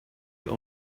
your